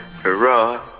hurrah